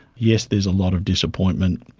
yes, there's a lot of disappointment,